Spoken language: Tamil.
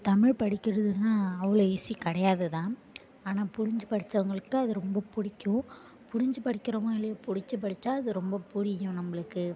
தமிழ் படிக்கிறதுனால் அவ்வளோ ஈஸி கிடையாது தான் ஆனால் புரிஞ்சு படிச்சவங்களுக்கு அது ரொம்ப பிடிக்கும் புரிஞ்சு படிக்கிறோமோ இல்லையோ பிடிச்சி படித்தா அது ரொம்ப புரியும் நம்மளுக்கு